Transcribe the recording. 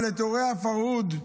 אבל את אירועי הפרהוד,